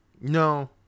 No